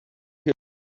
here